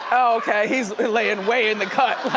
okay, he's layin' way in the cut,